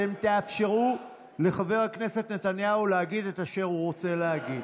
אתם תאפשרו לחבר הכנסת נתניהו להגיד את אשר הוא רוצה להגיד.